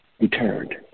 returned